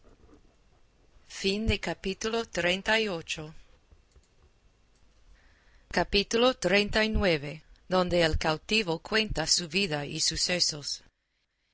capítulo xxxix donde el cautivo cuenta su vida y sucesos